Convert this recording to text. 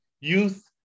youth